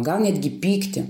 gal netgi pyktį